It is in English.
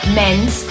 men's